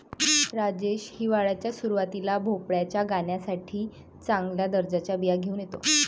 राजेश हिवाळ्याच्या सुरुवातीला भोपळ्याच्या गाण्यासाठी चांगल्या दर्जाच्या बिया घेऊन येतो